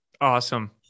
Awesome